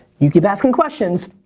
you keep asking questions,